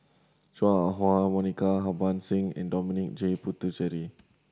Chua Ah Huwa Monica Harbans Singh and Dominic J Puthucheary